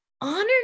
honor